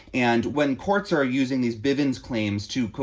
and when courts are using these bivins claims to, quote,